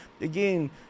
Again